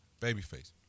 Babyface